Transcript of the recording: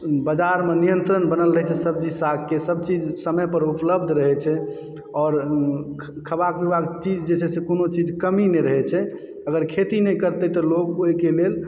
बाजारमे नियंत्रण बनल रहै छै सब्जी सागके सभ चीज समय पर उपलब्ध रहैत छै आओर खेबाक पिबाक चीज जे छै से कोनो चीज कमी नहि रहैत छै अगर खेती नहि करतय तऽ लोग ओहिके लेल